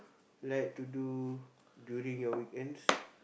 like to do during your weekends